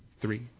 three